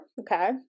okay